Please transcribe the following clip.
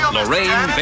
Lorraine